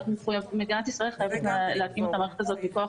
מדינת ישראל חייבת להקים את המערכת הזאת מכוח